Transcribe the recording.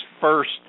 first